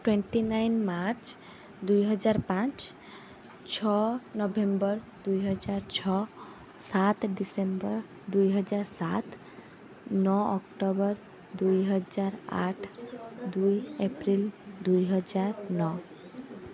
twenty nine March ଦୁଇହଜାର ପାଞ୍ଚ ଛଅ ନଭେମ୍ବର ଦୁଇହଜାର ଛଅ ସାତ ଡିସେମ୍ବର ଦୁଇହଜାର ସାତ ନଅ ଅକ୍ଟୋବର ଦୁଇହଜାର ଆଠ ଦୁଇ ଏପ୍ରିଲ ଦୁଇହଜାର ନଅ